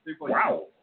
Wow